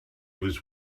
was